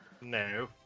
No